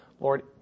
Lord